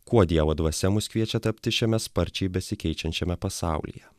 kuo dievo dvasia mus kviečia tapti šiame sparčiai besikeičiančiame pasaulyje